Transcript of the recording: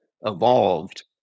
evolved